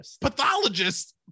pathologists